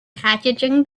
packaging